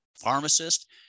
pharmacist